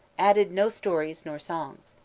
added no stories nor songs.